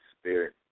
Spirit